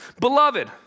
Beloved